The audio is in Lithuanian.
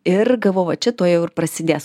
ir gavau va čia tuojau ir prasidės